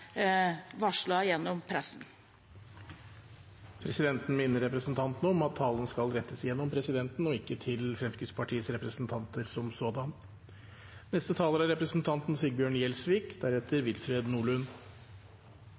gjennom pressen. Presidenten minner representanten om at talen skal rettes gjennom presidenten og ikke til Fremskrittspartiets representanter som sådanne. En av de mest grunnleggende oppgavene for oss som folkevalgte er